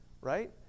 Right